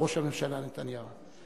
ראש הממשלה נתניהו.